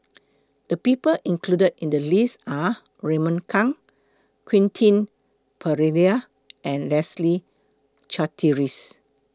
The People included in The list Are Raymond Kang Quentin Pereira and Leslie Charteris